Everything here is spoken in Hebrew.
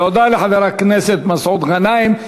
תודה לחבר הכנסת מסעוד גנאים.